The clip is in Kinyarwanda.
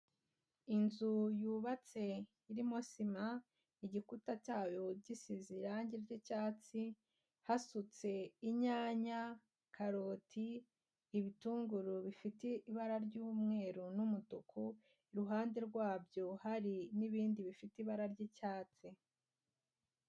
Inzu yubatse irimo sima, igikuta cyayo gisize irange ry'icyatsi,; hasutse inyanya, karoti, ibitunguru bifite ibara ry'umweru n'umutuku, iruhande rwabyo hari n'ibindi bifite ibara ry'icyatsi.